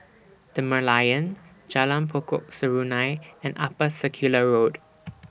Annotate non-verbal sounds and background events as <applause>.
The Merlion Jalan Pokok Serunai and Upper Circular Road <noise>